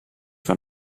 van